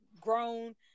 grown